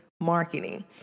marketing